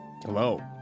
Hello